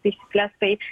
taisykles tai